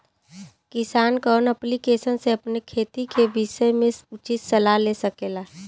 किसान कवन ऐप्लिकेशन से अपने खेती के विषय मे उचित सलाह ले सकेला?